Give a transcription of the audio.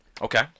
Okay